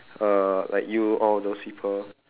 uh like you all those people